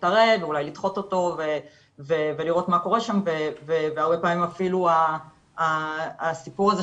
--- או אולי לדחות אותו ולראות מה קורה שם והרבה פעמים אפילו הסיפור הזה